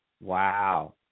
Wow